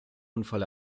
unfall